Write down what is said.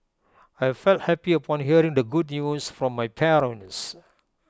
I felt happy upon hearing the good news from my parents